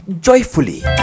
joyfully